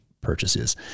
purchases